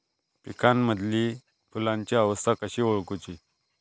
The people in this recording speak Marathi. पिकांमदिल फुलांची अवस्था कशी ओळखुची?